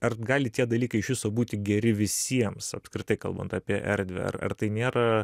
ar gali tie dalykai iš viso būti geri visiems apskritai kalbant apie erdvę ar ar tai nėra